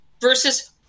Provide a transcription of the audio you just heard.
versus